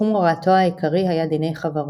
תחום הוראתו העיקרי היה דיני חברות.